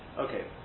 Okay